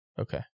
Okay